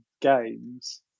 games